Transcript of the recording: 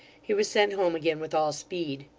he was sent home again with all speed.